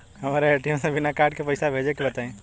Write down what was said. हमरा ए.टी.एम से बिना कार्ड के पईसा भेजे के बताई?